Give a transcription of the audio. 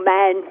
men